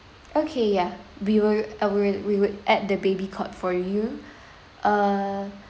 okay ya we will we will add the baby cot for you uh